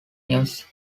news